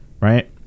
right